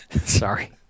Sorry